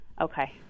Okay